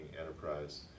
enterprise